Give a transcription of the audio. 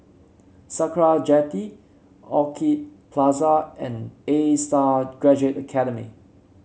Sakra Jetty Orchid Plaza and A Star Graduate Academy